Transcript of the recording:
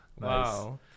Wow